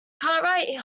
cartwright